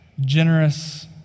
Generous